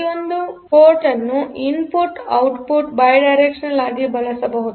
ಪ್ರತಿಯೊಂದು ಪೋರ್ಟ್ ಅನ್ನು input output bidirectional ಆಗಿ ಬಳಸಬಹುದು